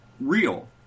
real